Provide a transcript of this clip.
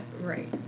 right